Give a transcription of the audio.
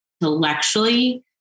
intellectually